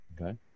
Okay